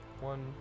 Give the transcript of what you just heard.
one